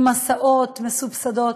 עם הסעות מסובסדות.